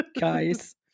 guys